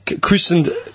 christened